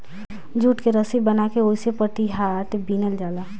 jute के रसी बना के ओहिसे पटिहाट बिनल जाला